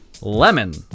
lemon